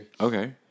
Okay